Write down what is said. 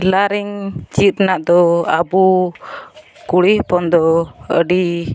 tailoring ᱪᱮᱫ ᱨᱮᱱᱟᱜᱫᱚ ᱟᱵᱚ ᱠᱩᱲᱤ ᱦᱚᱯᱚᱱᱫᱚ ᱟᱹᱰᱤ